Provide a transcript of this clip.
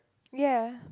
ya